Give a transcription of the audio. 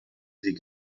sie